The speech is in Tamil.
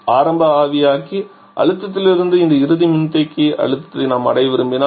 ஆரம்ப ஆவியாக்கி அழுத்தத்திலிருந்து இந்த இறுதி மின்தேக்கி அழுத்தத்தை நாம் அடைய விரும்பினால்